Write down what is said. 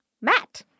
Matt